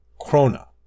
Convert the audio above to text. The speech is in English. Krona